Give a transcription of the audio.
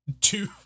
two